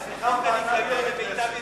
לפי מיטב ידיעתי,